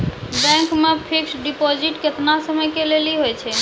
Bank मे fixed deposit केतना समय के लेली होय छै?